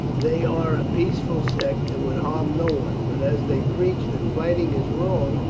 they are a peaceful sect, and would harm no one but as they preach that fighting is wrong,